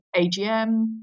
AGM